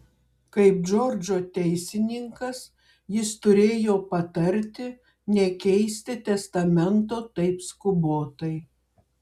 kaip džordžo teisininkas jis turėjo patarti nekeisti testamento taip skubotai